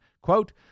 Quote